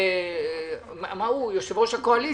הוא יושב-ראש הקואליציה.